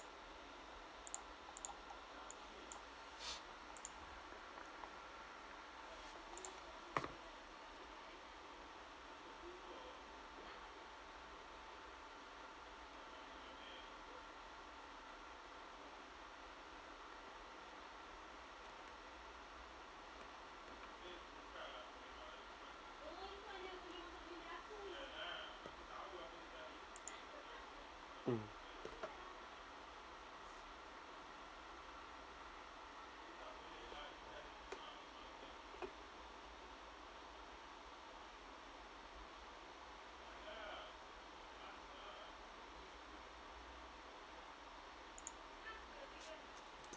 mm